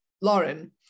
Lauren